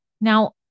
Now